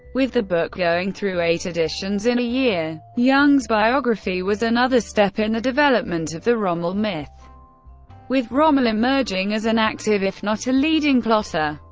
with the book going through eight editions in a year. young's biography was another step in the development of the rommel myth with rommel emerging as an active, if not a leading, plotter.